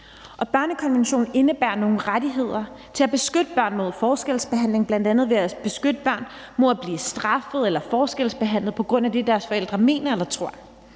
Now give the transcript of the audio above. børnekonventionen indebærer nogle rettigheder til at beskytte børn mod forskelsbehandling, bl.a. ved at beskytte børn mod at blive straffet eller forskelsbehandlet på grund af det, deres forældre mener eller tror.